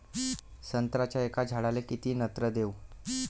संत्र्याच्या एका झाडाले किती नत्र देऊ?